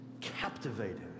captivating